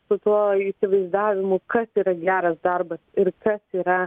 su tuo įsivaizdavimu kas yra geras darbas ir kas yra